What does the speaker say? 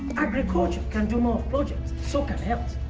agriculture can do more projects, so can health.